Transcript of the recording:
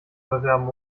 bewerben